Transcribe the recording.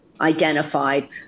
Identified